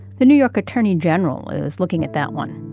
the new york attorney general is looking at that one.